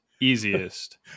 easiest